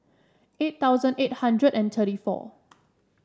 eight thousand eight hundred and thirty four